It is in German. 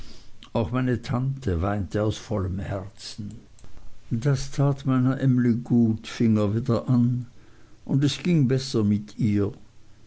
auch meine tante weinte aus vollem herzen das tat meiner emly gut fing er wieder an und es ging besser mit ihr